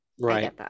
right